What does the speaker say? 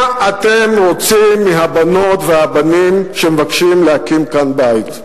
מה אתם רוצים מהבנות והבנים שמבקשים להקים כאן בית?